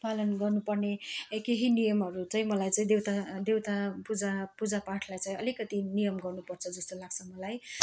पालन गर्नुपर्ने केही नियमहरू चाहिँ मलाई चाहिँ देवता देवता पूजा पूजापाठलाई चाहिँ अलिकति नियम गर्नुपर्छ जस्तो लाग्छ मलाई